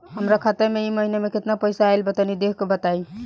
हमरा खाता मे इ महीना मे केतना पईसा आइल ब तनि देखऽ क बताईं?